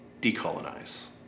Decolonize